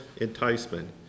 enticement